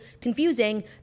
confusing